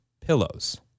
pillows